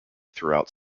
throughout